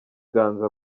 ganza